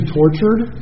tortured